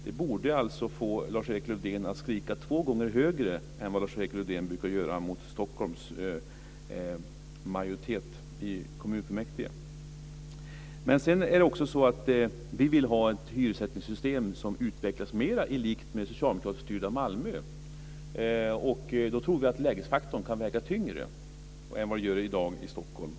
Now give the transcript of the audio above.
Det borde få Lars-Erik Lövdén att skrika två gånger högre än han brukar göra mot majoriteten i Stockholms kommunfullmäktige. Vi vill ha ett hyressättningssystem som mer utvecklas i likhet med hur det är i det socialdemokratiskt styrda Malmö. Vi tror att lägesfaktorn då kan väga tyngre än den i dag gör i Stockholm.